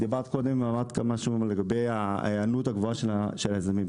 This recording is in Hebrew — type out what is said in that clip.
דיברת קודם ואמרת משהו לגבי ההיענות הגבוהה של היזמים.